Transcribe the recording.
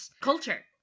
culture